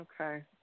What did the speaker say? Okay